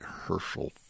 Herschel